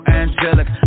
angelic